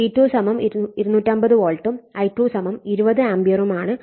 V2 250 വോൾട്ടും I2 20 ആംപിയറുമാണ്